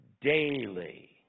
Daily